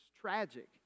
tragic